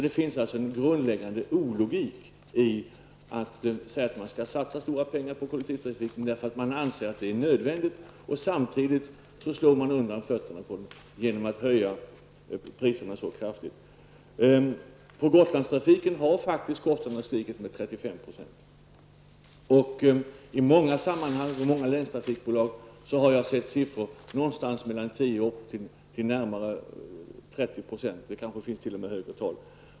Det finns alltså en grundläggande ologik i att säga att man skall satsa stora pengar på kollektivtrafiken, därför att man anser det vara nödvändigt, och samtidigt rasera grunden för den genom att höja priserna så kraftigt. När det gäller Gotlandstrafiken kan jag tala om att kostnaderna faktiskt har stigit med 35 %. Beträffande många länstrafikbolag kan jag nämna att jag har sett uppgifter om mellan 10 och närmare 30 % höjning. Det finns kanske ännu högre procenttal.